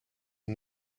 you